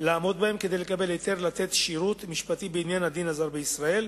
לעמוד בהם כדי לקבל היתר לתת שירות משפטי בעניין הדין הזר בישראל,